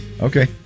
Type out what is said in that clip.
Okay